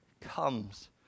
comes